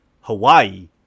Hawaii